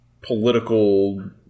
political